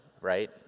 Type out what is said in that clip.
right